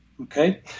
okay